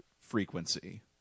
frequency